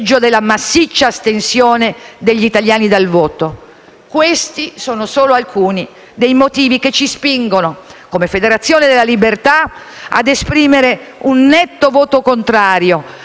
Questi sono solo alcuni dei motivi che ci spingono, come Gruppo Federazione della Libertà, ad esprimere un netto voto contrario a questa inutile legge di bilancio.